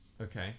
okay